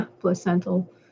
placental